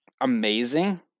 amazing